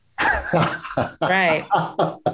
Right